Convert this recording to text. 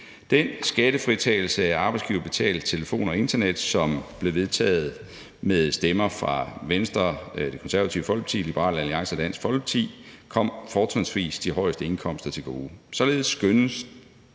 Den skattefritagelse af arbejdsgiverbetalt telefon og internet, som blev vedtaget med stemmer fra Venstre, Det Konservative Folkeparti, Liberal Alliance og Dansk Folkeparti, kom fortrinsvis dem med de højeste indkomster til gode. Således skønnes